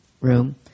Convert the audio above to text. room